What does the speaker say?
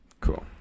Cool